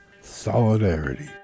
Solidarity